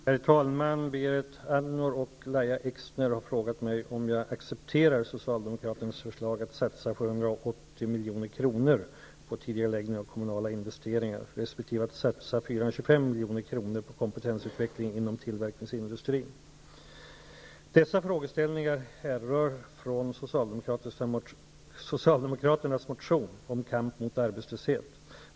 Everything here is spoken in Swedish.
Herr talman! Berit Andnor och Lahja Exner har frågat mig om jag accepterar Socialdemokraternas förslag att satsa 780 milj.kr. på tidigareläggning av kommunala investeringar resp. 425 milj.kr. på kompetensutveckling inom tillverkningsindustrin. Herr talman! Dessa frågeställningar härör från Socialdemokraternas motion om kamp mot arbetslöshet.